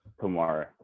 tomorrow